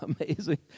amazing